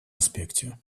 аспекте